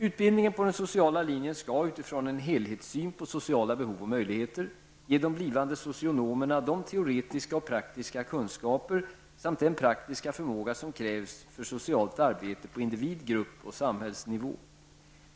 Utbildningen på den sociala linjen skall, utifrån en helhetssyn på sociala behov och möjligheter, ge de blivande socionomerna de teoretiska och praktiska kunskaper samt den praktiska förmåga som krävs för socialt arbete på individ-, grupp och samhällsnivå.